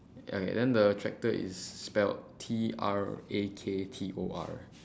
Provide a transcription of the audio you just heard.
and then the tractor is spelled T R A K T O R